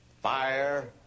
fire